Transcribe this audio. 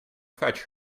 fetch